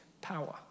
power